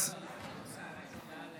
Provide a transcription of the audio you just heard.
(הוראת שעה),